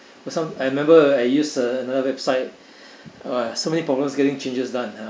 for some I remember I use a another website !wah! so many problems getting changes done ah